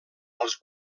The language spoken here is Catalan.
als